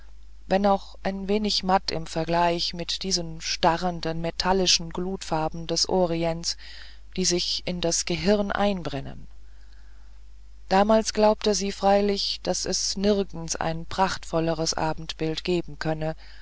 wenn auch ein wenig matt im vergleich mit diesen starrenden metallischen glutfarben des orients die sich in das gehirn einbrennen damals freilich glaubte sie daß es nirgends ein prachtvolleres abendbild geben könne